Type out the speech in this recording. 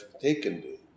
taken